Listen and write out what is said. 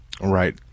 Right